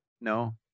No